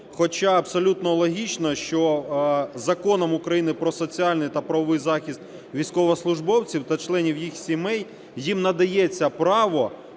хоча абсолютно логічно, що Законом України "Про соціальний та правовий захист військовослужбовців та членів їх сімей" їм надається право